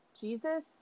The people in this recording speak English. Jesus